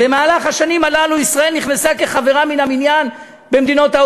במהלך השנים האלה ישראל נכנסה כחברה מן המניין ל-OECD,